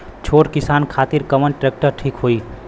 छोट किसान खातिर कवन ट्रेक्टर ठीक होई?